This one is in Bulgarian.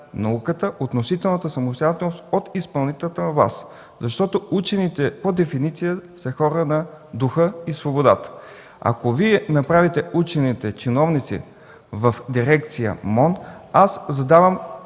науката, относителната самостоятелност от изпълнителната власт. Защото учените по дефиниция са хора на духа и свободата. Ако Вие направите учените чиновници в дирекция в